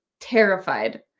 terrified